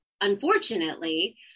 unfortunately